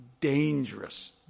dangerous